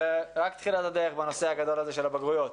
זו רק תחילת הדרך בנושא של הבגרויות.